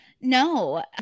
No